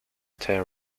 there